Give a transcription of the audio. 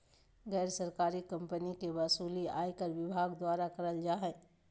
गैर सरकारी कम्पनी के वसूली आयकर विभाग द्वारा करल जा हय